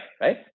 right